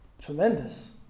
Tremendous